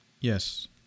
Yes